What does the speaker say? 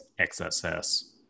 XSS